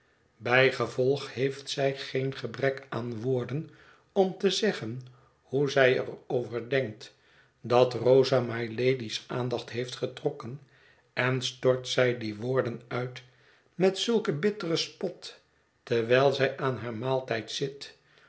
aangaat bijgevolg heeft zij geen gebrek aan woorden om te zeggen hoe zij er over denkt dat rosa mylady's aandacht heeft getrokken en stort zij die woorden uit met zulken bitteren spot terwijl zij aan haar maaltijd zit